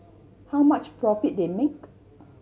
how much profit they make